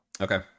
Okay